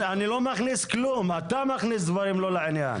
אני לא מכניס כלום, אתה מכניס דברים לא לעניין.